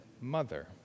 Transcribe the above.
mother